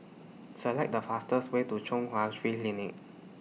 Select The fastest Way to Chung Hwa Free Clinic